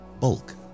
bulk